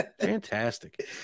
fantastic